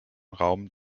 raum